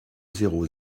zéro